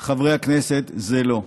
חברי הכנסת, זה לא.